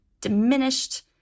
diminished